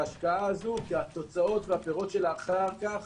ההשקעה הזו כי התוצאות והפירות שלה אחר כך